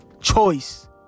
choice